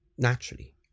Naturally